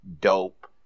dope